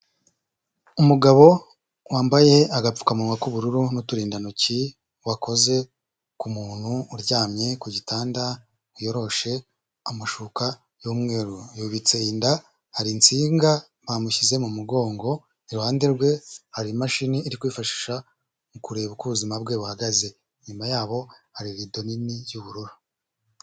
Umugabo wambaye agapfukamuwa k'ubururu n'uturindantoki wakoze ku muntu uryamye ku gitanda wiyoroshe amashuka y'umweru, yubitse inda hari insinga bamushyize mu mugongo, iruhande rwe hari imashini iri kwifashisha mu kureba uko ubuzima bwe buhagaze, inyuma yabo hari rido nini y'ubururu.